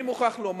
אני מוכרח לומר,